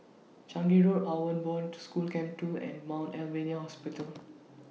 Changi Road Outward Bound School Camp two and Mount Alvernia Hospital